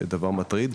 דבר מטריד.